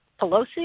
Pelosi